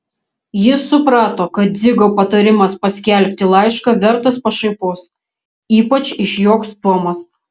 jis suprato kad dzigo patarimas paskelbti laišką vertas pašaipos ypač išjuoks tomas